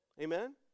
Amen